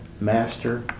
master